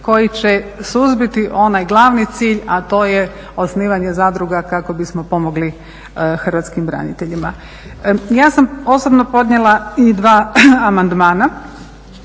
koji će suzbiti onaj glavni cilj, a to je osnivanje zadruga kako bismo pomogli hrvatskim braniteljima. Ja sam osobno podnijela i dva amandmana